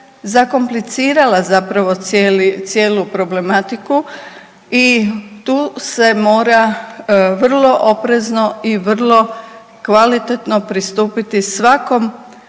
zakomplicirala zapravo cijelu problematiku i tu se mora vrlo oprezno i vrlo kvalitetno pristupiti svakom,